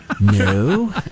No